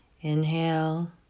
Inhale